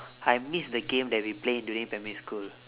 I miss the game that we play during primary school